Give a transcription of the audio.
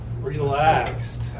relaxed